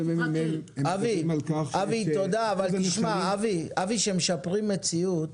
אבי שמשפרים מציאות,